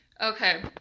Okay